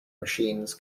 machines